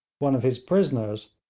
one of his prisoners,